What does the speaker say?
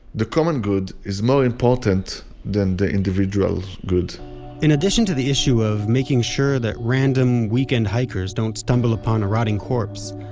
the common good is more important than the individual good in addition to the issue of making sure that random weekend hikers don't stumble upon a rotting corpse,